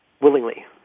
willingly